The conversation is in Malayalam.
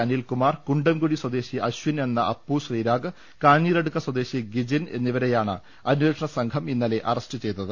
അനിൽകുമാർ കുണ്ടംകുഴി സ്വദേശി അശ്വിൻ എന്ന അപ്പു ശ്രീരാഗ് കാഞ്ഞിരടുക്ക് സ്വദേശി ഗിജിൻ എന്നിവരെ യാണ് അന്വേഷണ സംഘം അറസ്റ്റ് ചെയ്തത്